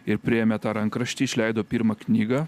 ir priėmė tą rankraštį išleido pirmą knygą